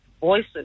voices